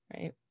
right